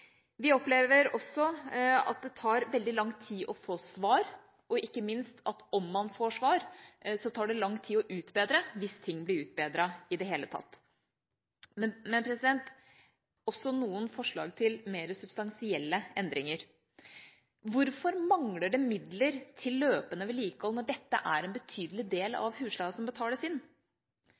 Vi opplever også at det tar veldig lang tid å få svar, og ikke minst at om man får svar, tar det lang tid å utbedre – hvis ting blir utbedret i det hele tatt. Og så noen forslag til mer substansielle endringer: Hvorfor mangler det midler til løpende vedlikehold når dette er en betydelig del av husleien som betales inn?